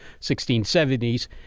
1670s